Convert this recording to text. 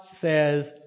says